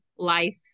life